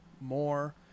more